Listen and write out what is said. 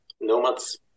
Nomads